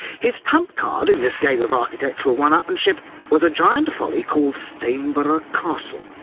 his trump card in this game of architectural one-upmanship was a giant folly called stainborough castle.